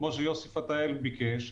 כפי שיוסי פתאל ביקש,